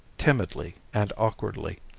timidly and awkwardly.